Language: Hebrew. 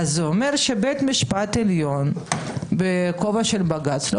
זה אומר שבית משפט עליון בכובע של בג"צ לא